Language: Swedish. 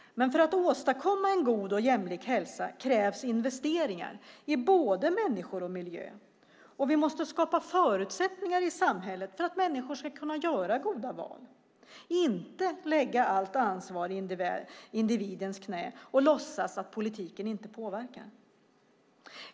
Men för att åstadkomma en god och jämlik hälsa krävs investeringar i både människor och miljö. Och vi måste skapa förutsättningar i samhället för att människor ska kunna göra goda val, inte lägga allt ansvar i individens knä och låtsas att politiken inte påverkar.